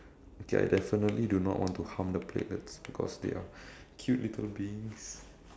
okay I definitely do not want to harm the platelets because they are cute little beings